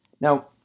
Now